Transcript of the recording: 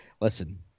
Listen